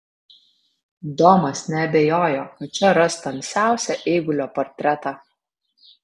domas neabejojo kad čia ras tamsiausią eigulio portretą